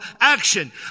action